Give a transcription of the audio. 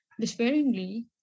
despairingly